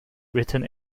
written